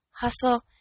Hustle